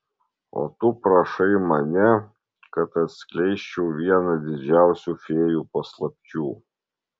o tu prašai mane kad atskleisčiau vieną didžiausių fėjų paslapčių